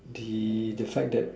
the the fact that